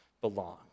belong